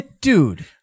Dude